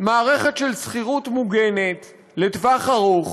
מערכת של שכירות מוגנת לטווח-ארוך,